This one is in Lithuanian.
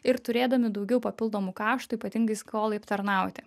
ir turėdami daugiau papildomų kaštų ypatingai skolai aptarnauti